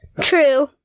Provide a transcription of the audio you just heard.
True